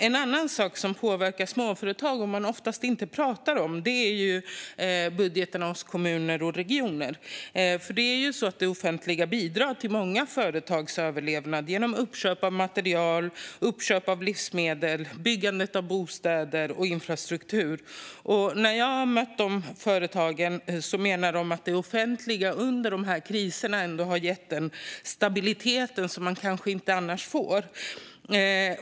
En annan sak som påverkar småföretag och som man oftast inte pratar om är budgeten hos kommuner och regioner. Det offentliga bidrar till många företags överlevnad genom uppköp av material och livsmedel, byggandet av bostäder och infrastruktur. När jag har mött representanter för företagen menar de att det offentliga under dessa kriser ändå har gett den stabilitet som de annars inte får.